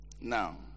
Now